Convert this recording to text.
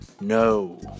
No